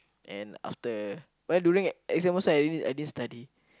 and after well during exam I didn't I didn't study